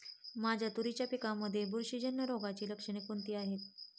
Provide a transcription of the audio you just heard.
माझ्या तुरीच्या पिकामध्ये बुरशीजन्य रोगाची लक्षणे कोणती आहेत?